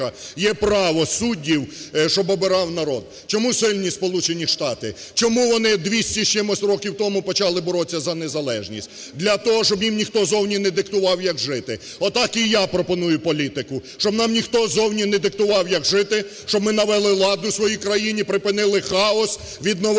є право, суддів щоб обирав народ. Чому сильні Сполучені Штати, чому вони 200 з чимось років тому почали боротися за незалежність? Для того, щоб їм ніхто ззовні не диктував, як жити. Отак і я пропоную політику, щоб нам ніхто ззовні не диктував, як жити, щоб ми навели лад у своїй країні, припинили хаос, відновили